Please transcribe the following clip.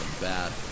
Bad